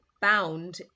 bound